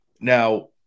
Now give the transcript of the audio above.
Now